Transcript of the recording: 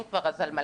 אם כבר אז על מלא.